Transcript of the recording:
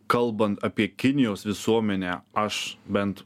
kalbant apie kinijos visuomenę aš bent